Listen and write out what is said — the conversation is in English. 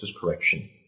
correction